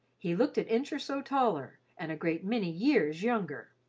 he looked an inch or so taller, and a great many years younger.